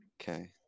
Okay